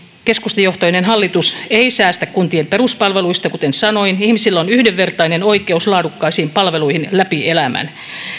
keskustajohtoinen hallitus ei säästä kuntien peruspalveluista kuten sanoin ihmisillä on yhdenvertainen oikeus laadukkaisiin palveluihin läpi elämän